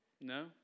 No